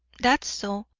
that's so!